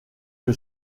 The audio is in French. que